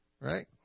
right